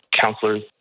counselors